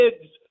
kids